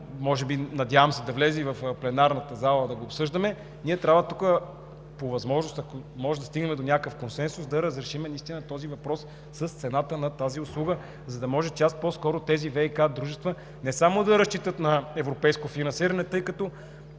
бъде – надявам се да влезе и в пленарната зала за обсъждане, ние трябва тук по възможност, ако можем да стигнем до някакъв консенсус, да разрешим този въпрос с цената на тази услуга, за да може час по-скоро тези ВиК дружества не само да разчитат на европейско финансиране, тъй като